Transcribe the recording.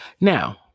Now